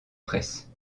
presse